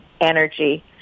energy